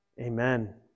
Amen